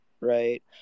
right